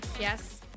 Yes